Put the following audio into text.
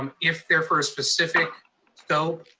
um if they're for a specific so